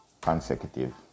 consecutive